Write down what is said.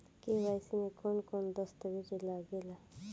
KYC में कवन कवन दस्तावेज लागे ला?